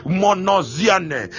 monoziane